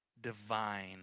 divine